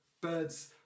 birds